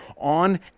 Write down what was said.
on